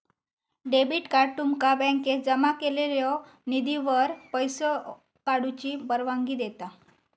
debit card तुमका बँकेत जमा केलेल्यो निधीवर पैसो काढूची परवानगी देता